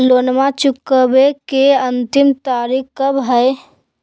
लोनमा चुकबे के अंतिम तारीख कब हय?